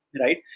right